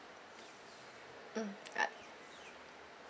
mm ah